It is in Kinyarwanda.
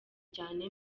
cyane